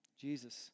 Jesus